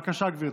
בבקשה, גברתי.